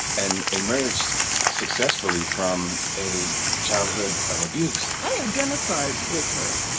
and emerged successfully from a childhood of abuse i identified with her